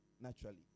naturally